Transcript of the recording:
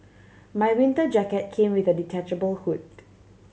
my winter jacket came with a detachable hood